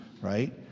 right